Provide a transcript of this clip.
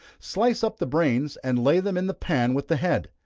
slice up the brains, and lay them in the pan with the head.